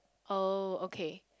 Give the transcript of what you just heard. oh okay